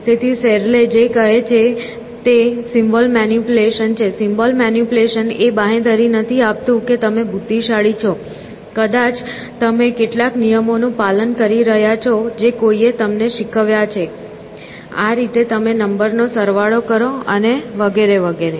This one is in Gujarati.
તેથી સેરલે જે કહે છે તે સિમ્બોલ મેનીપ્યુલેશન છે સિમ્બોલ મેનીપ્યુલેશન એ બાંહેધરી નથી આપતું કે તમે બુદ્ધિશાળી છો કદાચ તમે કેટલાક નિયમોનું પાલન કરી રહ્યાં છો જે કોઈએ તમને શીખવ્યા છે આ રીતે તમે નંબર નો સરવાળો કરો અને વગેરે વગેરે